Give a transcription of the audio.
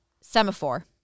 semaphore